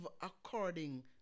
according